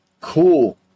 cool